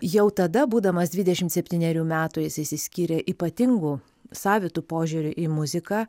jau tada būdamas dvidešimt septynerių metų jis išsiskyrė ypatingu savitu požiūriu į muziką